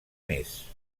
més